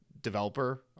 developer